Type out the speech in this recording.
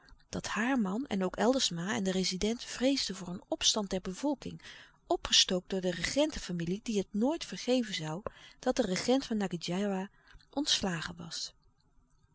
dat haar man en ook eldersma en de rezident vreesden voor een opstand der bevolking opgestookt door de regentenfamilie die het nooit vergeven zoû dat de regent van ngadjiwa ontslagen was